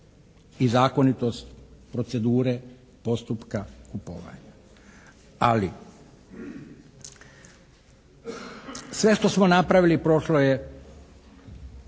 i zakonitost procedure postupka kupovanja. Ali sve što smo napravili prošlo je